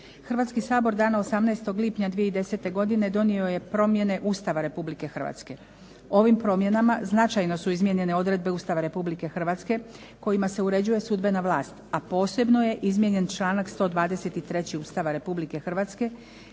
Hrvatski Sabor dana 18. lipnja 2010. godine donio je promjene Ustava republike Hrvatske, ovim promjenama značajno su promijenjene odredbe Ustava Republike Hrvatske kojima se uređuje sudbena vlast a posebno je izmijenjen članak 123. Ustava Republike Hrvatske